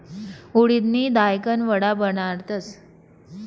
उडिदनी दायकन वडा बनाडतस